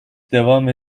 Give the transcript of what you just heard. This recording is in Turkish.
devam